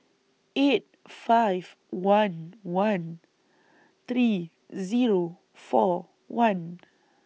eight five one one three Zero four one